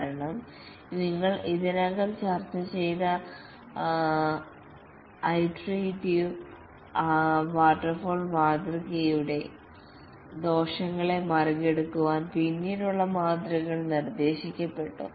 കാരണം നിങ്ങൾ ഇതിനകം ചർച്ച ചെയ്ത ഇറ്ററേറ്റിവ് വാട്ടർഫാൾ മാതൃകയുടെ ദോഷങ്ങളെ മറികടക്കാൻ പിന്നീടുള്ള മാതൃകകൾ നിർദ്ദേശിക്കപ്പെട്ടു